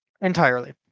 entirely